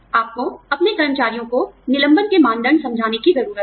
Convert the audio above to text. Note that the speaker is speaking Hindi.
आपको अपने कर्मचारियों को निलंबन के मानदंड समझाने की जरूरत है